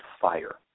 fire